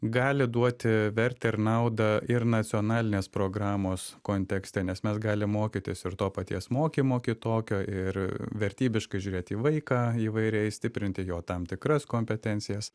gali duoti vertę ir naudą ir nacionalinės programos kontekste nes mes galim mokytis ir to paties mokymo kitokio ir vertybiškai žiūrėt į vaiką įvairiai stiprinti jo tam tikras kompetencijas